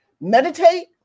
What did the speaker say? meditate